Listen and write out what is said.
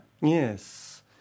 Yes